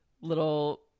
little